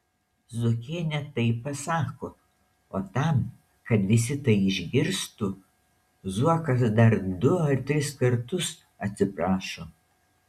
zuokienė taip pasako o tam kad visi tai išgirstų zuokas dar du ar tris kartus atsiprašo